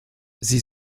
sie